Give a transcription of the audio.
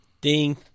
Ding